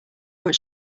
what